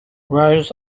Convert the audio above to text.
rows